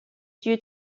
due